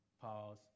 Pause